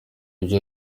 ibyo